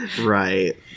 Right